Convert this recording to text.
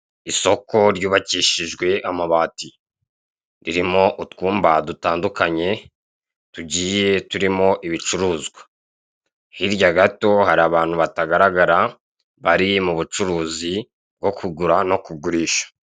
Isoko ryubakishijwe amabati ririmo utwumba dutandukanye, tugiye turimo ibicuruzwa. Hirya gato hari abantu batagaragara, bari mu bucuruzi bwo kugura no kugurisha.